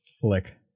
flick